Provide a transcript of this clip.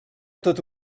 tot